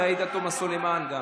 ועאידה תומא סלימאן גם.